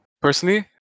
Personally